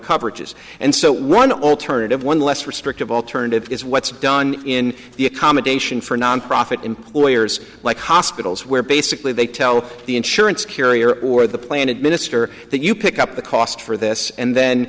coverages and so one alternative one less restrictive alternative is what's done in the accommodation for nonprofit employers like hospitals where basically they tell the insurance carrier or the plan administer that you pick up the cost for this and then